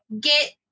get